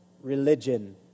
religion